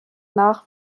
nach